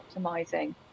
optimizing